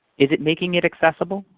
is it making it accessible?